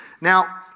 Now